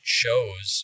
shows